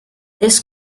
this